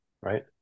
right